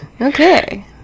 Okay